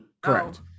correct